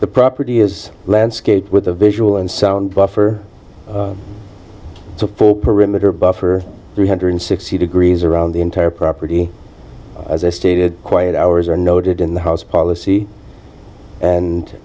the property is landscape with the visual and sound buffer for emitter buffer three hundred sixty degrees around the entire property as i stated quiet hours are noted in the house policy and